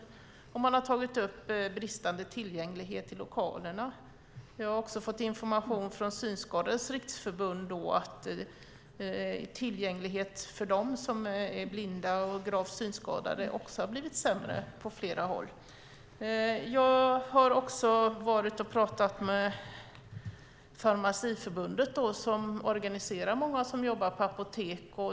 Och man har tagit upp bristande tillgänglighet till lokalerna. Jag har fått information från Synskadades Riksförbund om att tillgängligheten för dem som är blinda och gravt synskadade också har blivit sämre på flera håll. Jag har också varit och pratat med Farmaciförbundet, som organiserar många som jobbar på apotek.